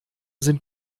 sind